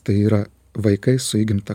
tai yra vaikai su įgimta